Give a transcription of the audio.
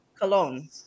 Cologne